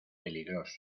peligroso